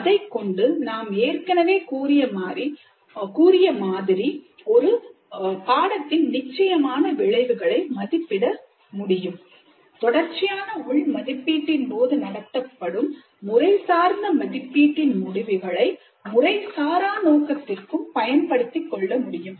அதைக்கொண்டு நாம் ஏற்கனவே கூறிய மாதிரி ஒரு பாடத்தின் நிச்சயமான விளைவுகளை மதிப்பிட முடியும் தொடர்ச்சியான உள் மதிப்பீட்டின் போது நடத்தப்படும் முறைசார்ந்த மதிப்பீட்டின் முடிவுகளை முறைசாரா நோக்கத்திற்கும் பயன்படுத்திக்கொள்ள முடியும்